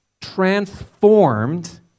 transformed